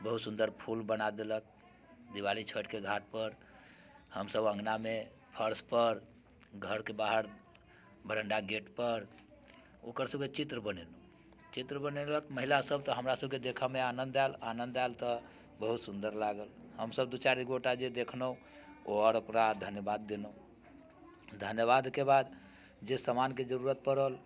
बहुत सुंदर फूल बना देलक दिवाली छठके घाट पर हम सभ अङ्गनामे फर्श पर घरके बाहर बरान्डाके गेट पर ओकर सभके चित्र बनेलहुँ चित्र बनेलक महिला सभ तऽ हमरा सभकेँ देखऽमे आनंद आएल आनंद आएल तऽ बहुत सुंदर लागल हम सभ दू चारि गोटे जे देखलहुँ ओ आओर ओकरा धन्यवाद देलहुँ धन्यवादके बाद जे सामानके जरूरत पड़ल